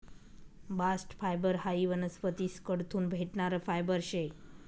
bast fibre हायी वनस्पतीस कडथून भेटणारं फायबर शे